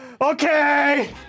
Okay